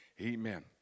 Amen